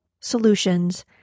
solutions